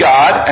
God